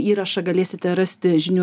įrašą galėsite rasti žinių